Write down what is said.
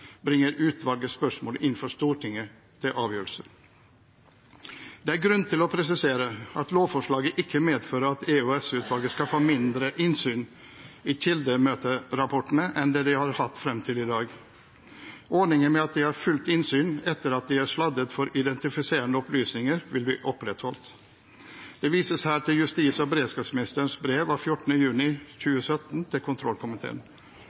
bringer utvalget spørsmålet inn for Stortinget til avgjørelse. Det er grunn til å presisere at lovforslaget ikke medfører at EOS-utvalget skal få mindre innsyn i kildemøterapportene enn de har hatt frem til i dag. Ordningen med at de har fullt innsyn etter at de er sladdet for identifiserende opplysninger, vil bli opprettholdt. Det vises her til justis- og beredskapsministerens brev av 14. juni 2017 til kontrollkomiteen.